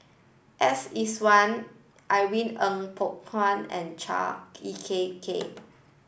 S Iswaran Irene Ng Phek Hoong and Chua E K Kay